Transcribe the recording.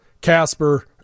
Casper